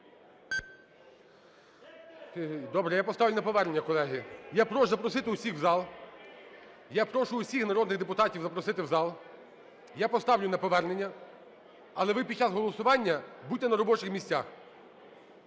Добре. Я поставлю на повернення, колеги. Я прошу запросити всіх у зал. Я прошу всіх народних депутатів запросити в зал. Я поставлю на повернення. Але ви під час голосування будьте на робочих місцях.